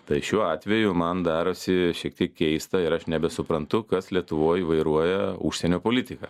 tai šiuo atveju man darosi šiek tiek keista ir aš nebesuprantu kas lietuvoj vairuoja užsienio politiką